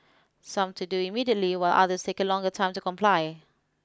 some to do immediately while others take a longer time to comply